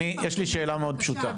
אני, יש לי שאלה מאוד פשוטה.